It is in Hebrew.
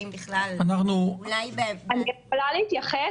האם בכלל --- אני יכולה להתייחס?